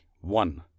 one